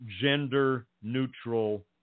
gender-neutral